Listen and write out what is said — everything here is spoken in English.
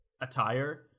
attire